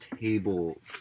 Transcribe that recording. table